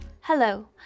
Hello